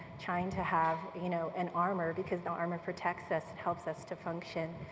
trying to have you know an armor because the armor protects us and helps us to function.